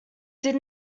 did